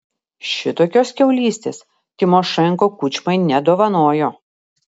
šitokios kiaulystės tymošenko kučmai nedovanojo